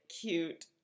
cute